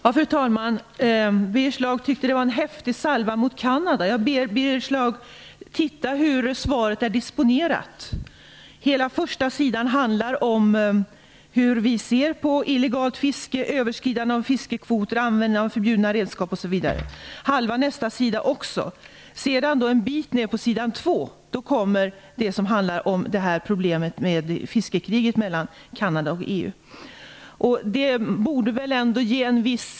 Fru talman! Birger Schlaug tyckte att det var en häftig salva mot Kanada. Jag ber Birger Schlaug titta på hur svaret är disponerat. Hela första sidan handlar om hur vi ser på illegalt fiske, överskridande av fiskekvoter, användning av förbjudna redskap osv. Halva nästa sida också. En bit ner på s. 2 kommer det som handlar om problemet med fiskekriget mellan Kanada och EU.